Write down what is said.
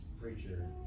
preacher